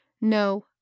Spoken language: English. No